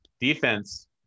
Defense